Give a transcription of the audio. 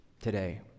today